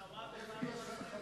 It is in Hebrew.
גם בתחומי הרווחה.